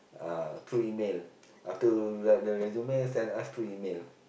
uh through email after you write the resume sent us through email